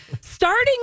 starting